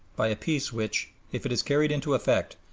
by a peace which, if it is carried into effect,